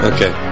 Okay